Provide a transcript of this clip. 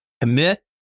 commit